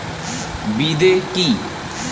বিদে কি?